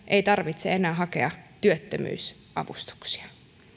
ei tarvitse enää hakea työttömyysavustuksia